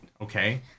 Okay